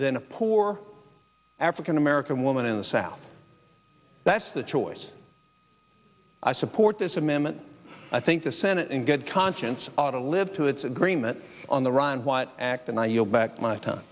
than a poor african american woman in the south that's the choice i support this amendment i think the senate in good conscience ought to live up to its agreement on the run what act and i yield back my time